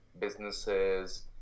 businesses